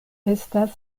estas